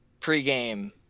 pregame